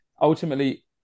ultimately